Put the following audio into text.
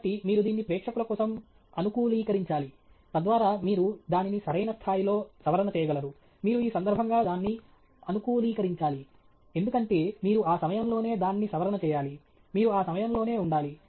కాబట్టి మీరు దీన్ని ప్రేక్షకుల కోసం అనుకూలీకరించాలి తద్వారా మీరు దానిని సరైన స్థాయిలో సవరణ చేయగలరు మీరు ఈ సందర్భంగా దాన్ని అనుకూలీకరించాలి ఎందుకంటే మీరు ఆ సమయంలోనే దాన్ని సవరణ చేయాలి మీరు ఆ సమయంలోనే ఉండాలి